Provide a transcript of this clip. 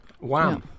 wow